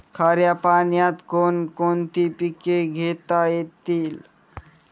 खाऱ्या पाण्यात कोण कोणती पिके घेता येतील?